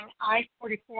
I-44